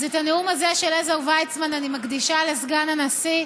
אז את הנאום הזה של עזר ויצמן אני מקדישה לסגן הנשיא,